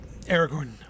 Aragorn